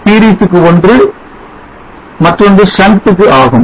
series க்கு ஒன்று மற்றொன்று shunt க்கு ஆகும்